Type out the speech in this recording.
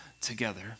together